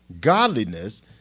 Godliness